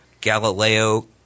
Galileo